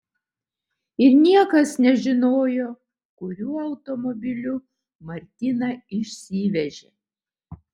ir niekas nežinojo kuriuo automobiliu martiną išsivežė